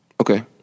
Okay